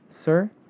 sir